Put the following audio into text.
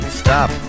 stop